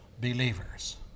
believers